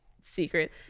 secret